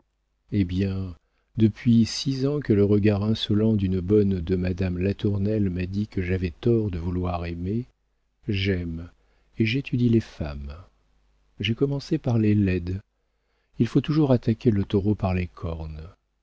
eh bien depuis six ans que le regard insolent d'une bonne de madame latournelle m'a dit que j'avais tort de vouloir aimer j'aime et j'étudie les femmes j'ai commencé par les laides il faut toujours attaquer le taureau par les cornes